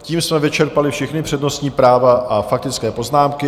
Tím jsme vyčerpali všechna přednostní práva a faktické poznámky.